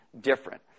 different